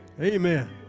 Amen